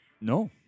No